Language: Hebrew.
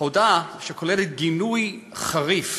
הודעה שכוללת גינוי חריף